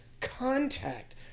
contact